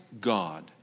God